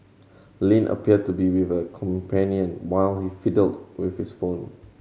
Lin appeared to be with a companion while he fiddled with his phone